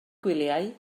gwyliau